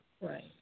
Right